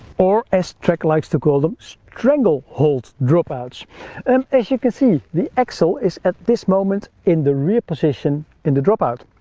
or as trek likes to call them strangle hold dropouts and as you can see the axle is at this moment in the rear position in the dropout.